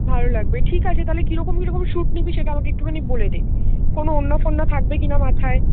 ভালো লাগবে ঠিক আছে তাহলে কীরকম কীরকম শ্যুট নিবি সেটা আমাকে একটুখানি বলে দে কোনো ওড়না ফোড়না থাকবে কি না মাথায়